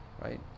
right